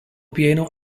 pieno